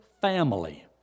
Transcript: family